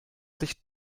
sich